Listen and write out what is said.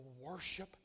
worship